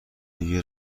دیگه